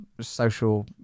social